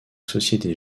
société